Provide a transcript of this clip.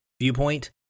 viewpoint